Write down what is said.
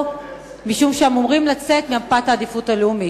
משום שהם אמורים לצאת ממפת העדיפות הלאומית,